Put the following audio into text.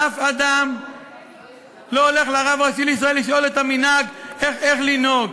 אף אדם לא הולך לרב הראשי לישראל לשאול איך לנהוג.